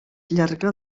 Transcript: llarga